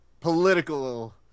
political